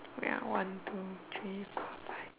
ya one two three four five